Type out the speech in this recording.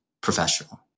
professional